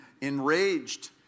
enraged